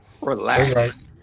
Relax